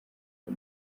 uko